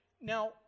Now